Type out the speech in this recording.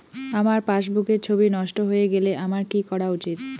আমার পাসবুকের ছবি নষ্ট হয়ে গেলে আমার কী করা উচিৎ?